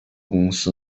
公司